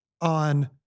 on